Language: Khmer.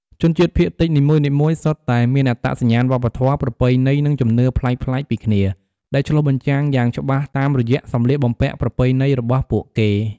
ជនជាតិភាគតិចនីមួយៗសុទ្ធតែមានអត្តសញ្ញាណវប្បធម៌ ប្រពៃណី និងជំនឿប្លែកៗពីគ្នា ដែលឆ្លុះបញ្ចាំងយ៉ាងច្បាស់តាមរយៈសម្លៀកបំពាក់ប្រពៃណីរបស់ពួកគេ។